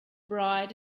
bride